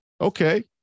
Okay